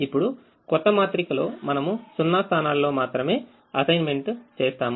ఇప్పుడు కొత్త మాత్రికలో మనము 0 స్థానాలలో మాత్రమే అసైన్మెంట్ చేస్తాము